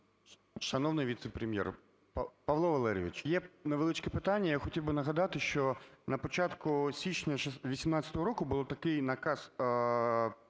Шановний віце-прем'єр, Павло Валерійович! Є невеличке питання. Я хотів би нагадати, що на початку січня 2018 року був такий наказ